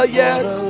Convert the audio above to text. yes